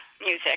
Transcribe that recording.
music